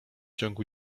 ciągu